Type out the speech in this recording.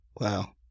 Wow